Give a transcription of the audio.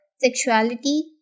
sexuality